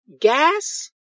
Gas